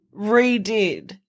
redid